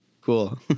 Cool